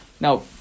Now